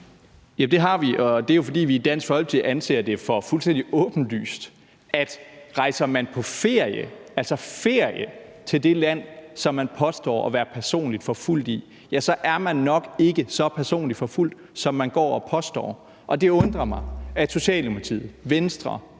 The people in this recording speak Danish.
det har vi, og det er jo, fordi vi i Dansk Folkeparti anser det for fuldstændig åbenlyst, at rejser man på ferie til det land, som man påstår at være personligt forfulgt i, så er man nok ikke så personligt forfulgt, som man går og påstår. Og det undrer mig, at Socialdemokratiet, Venstre